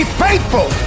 faithful